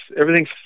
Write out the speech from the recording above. everything's